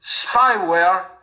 spyware